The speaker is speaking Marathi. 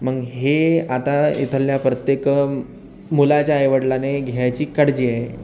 मग हे आता इथल्या प्रत्येक मुलाच्या आईवडिलाने घ्यायची काळजी आहे